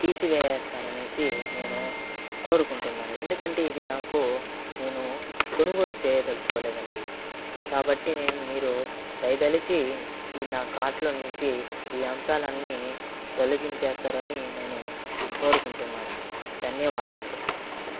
తీసివేస్తారనేసి నేను కోరుకుంటున్నాను ఎందుకంటే ఇది నాకు నేను కొనుగోలు చేయదలుచుకోలేదండి కాబట్టి నేను మీరు దయతలచి ఈ నా కార్ట్ లో నించి ఈ అంశాలన్ని తొలగించేస్తారని నేను కోరుకుంటున్నాను ధన్యవాదములు